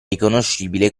riconoscibile